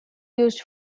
used